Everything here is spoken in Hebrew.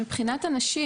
הנשים,